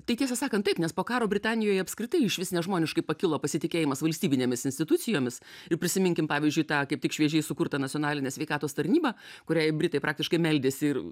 tai tiesą sakant taip nes po karo britanijoje apskritai išvis nežmoniškai pakilo pasitikėjimas valstybinėmis institucijomis ir prisiminkim pavyzdžiui tą kaip tik šviežiai sukurtą nacionalinę sveikatos tarnybą kuriai britai praktiškai meldėsi ir